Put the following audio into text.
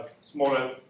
smaller